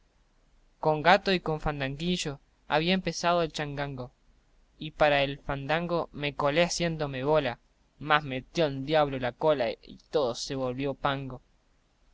con gato y con fandanguillo había empezado el changango y para ver el fandango me colé haciendomé bola mas metió el diablo la cola y todo se volvió pango